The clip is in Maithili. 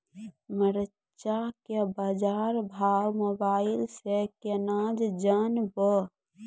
मरचा के बाजार भाव मोबाइल से कैनाज जान ब?